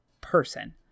person